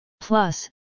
Plus